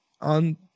on